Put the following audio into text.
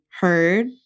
heard